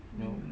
mm